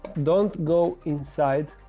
don't go inside.